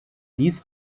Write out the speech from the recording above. dies